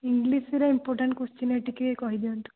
ଇଂଲିଶରେ important question ଟିକେ କହି ଦିଅନ୍ତୁ